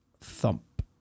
thump